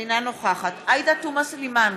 אינה נוכחת עאידה תומא סלימאן,